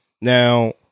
Now